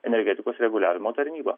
energetikos reguliavimo tarnyba